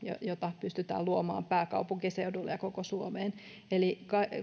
jota pystytään luomaan pääkaupunkiseudulle ja koko suomeen eli